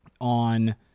on